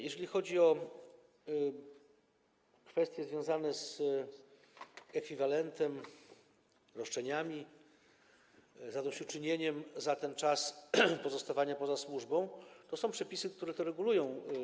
Jeśli chodzi o kwestie związane z ekwiwalentem, roszczeniami, zadośćuczynieniem za ten czas pozostawania poza służbą, to są przepisy, które to regulują.